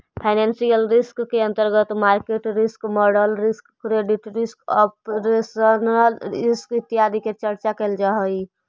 financial risk के अंतर्गत market risk, model risk, credit risk, operational risk इत्यादि के चर्चा कैल जा हई